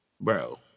bro